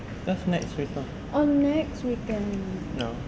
that's next weekend ya